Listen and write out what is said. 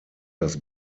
das